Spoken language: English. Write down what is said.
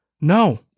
No